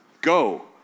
go